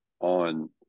on